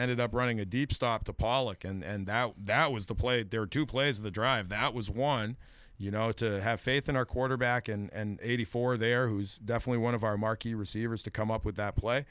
ended up running a deep stop to pollock and that was the play there are two plays of the drive that was one you know to have faith in our quarterback and eighty four there who's definitely one of our marquee receivers to come up with that play